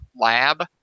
lab